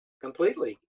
completely